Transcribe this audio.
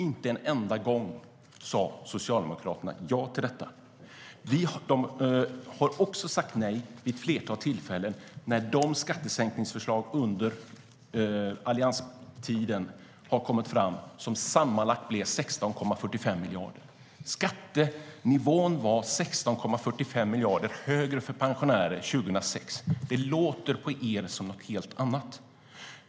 Inte en enda gång sa Socialdemokraterna ja till detta.De har också sagt nej vid ett flertal tillfällen när de skattesänkningsförslag som sammanlagt blev 16,45 miljarder under allianstiden har lagts fram. Skattenivån var 16,45 miljarder högre för pensionärer 2006. Det låter på er som något helt annat.